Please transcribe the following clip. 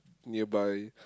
nearby